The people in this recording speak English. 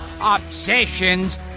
obsessions